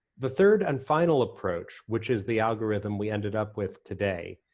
the third and final approach, which is the algorithm we ended up with today,